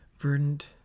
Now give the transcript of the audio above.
Verdant